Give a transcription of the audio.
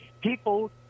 People